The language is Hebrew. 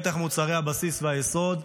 בטח מוצרי הבסיס והיסוד,